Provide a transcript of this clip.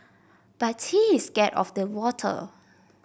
but he is scared of the water